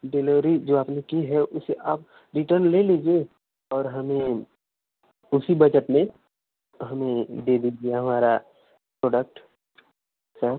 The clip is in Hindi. डिलेवरी जो आपने की है उसे आप रिटन ले लीजिए और हमें उसी बजट में हमें दे दीजिए हमारा प्रोडक्ट सर